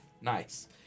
nice